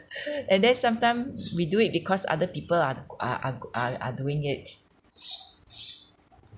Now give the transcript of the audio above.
and then sometime we do it because other people are are are are are doing it